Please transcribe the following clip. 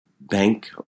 bank